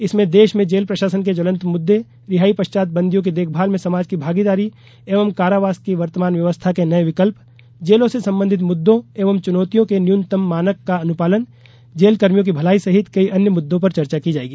इसमें देश में जेल प्रशासन के ज्वलंत मुद्दे रिहाई पश्चात बंदियों की देखभाल में समाज की भागीदारी एवं कारावास की वर्तमान व्यवस्था के नए विकल्प जेलों से संबंधित मुद्दों एवं चुनौतियों के न्यूनतम मानक का अनुपालन जेलकर्मियों की भलाई सहित कई अन्य मुद्दों पर चर्चा की जाएगी